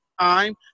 time